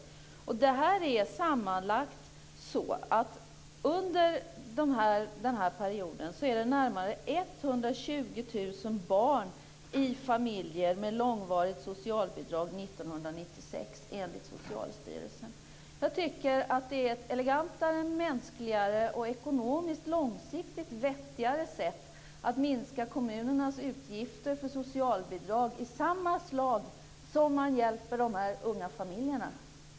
Under den här perioden 1996 är det närmare 120 000 barn i familjer som långvarigt haft socialbidrag enligt Socialstyrelsen. Jag tycker att det är ett elegantare, mänskligare och ekonomiskt långsiktigt vettigare sätt att minska kommunernas utgifter för socialbidrag i samma slag som man hjälper dessa unga familjer.